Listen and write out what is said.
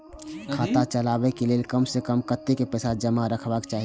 खाता चलावै कै लैल कम से कम कतेक पैसा जमा रखवा चाहि